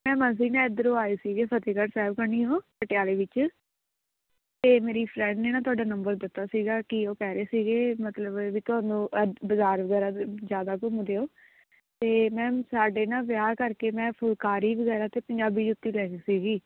ma'am ਅਸੀਂ ਨਾ ਇੱਧਰੋਂ ਆਏ ਸੀਗੇ ਫਤਿਹਗੜ੍ਹ ਸਾਹਿਬ ਕੰਨੀ ਓ ਪਟਿਆਲੇ ਵਿੱਚ ਅਤੇ ਮੇਰੀ ਫਰੈਂਡ ਨੇ ਨਾ ਤੁਹਾਡਾ ਨੰਬਰ ਦਿੱਤਾ ਸੀਗਾ ਕਿ ਉਹ ਕਹਿ ਰਹੇ ਸੀਗੇ ਮਤਲਬ ਵੀ ਤੁਹਾਨੂੰ ਅ ਬਾਜ਼ਾਰ ਵਗੈਰਾ ਜ਼ਿਆਦਾ ਘੁੰਮਦੇ ਹੋ ਅਤੇ ਮੈਮ ਸਾਡੇ ਨਾ ਵਿਆਹ ਕਰਕੇ ਮੈਂ ਫੁਲਕਾਰੀ ਵਗੈਰਾ ਅਤੇ ਪੰਜਾਬੀ ਜੁੱਤੀ ਲੈਣੀ ਸੀਗੀ